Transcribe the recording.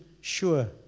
sure